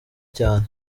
cyane